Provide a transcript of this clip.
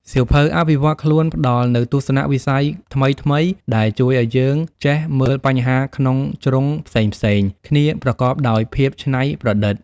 សៀវភៅអភិវឌ្ឍខ្លួនផ្ដល់នូវទស្សនវិស័យថ្មីៗ ដែលជួយឱ្យយើងចេះមើលបញ្ហាក្នុងជ្រុងផ្សេងៗគ្នាប្រកបដោយភាពច្នៃប្រឌិត។